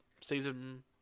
season